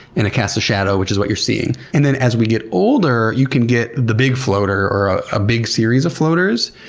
and casts a shadow, which is what you're seeing. and then as we get older, you can get the big floater or a big series of floaters,